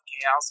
chaos